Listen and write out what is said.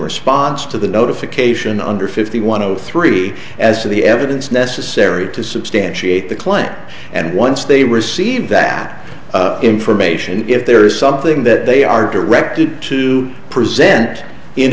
response to the notification under fifty one of three as to the evidence necessary to substantiate the claim and once they receive that information if there is something that they are directed to present in